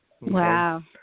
Wow